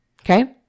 Okay